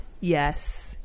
Yes